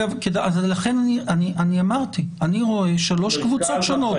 לכן אמרתי שאני רואה שלוש קבוצות שונות.